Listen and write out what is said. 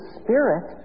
spirit